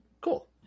Cool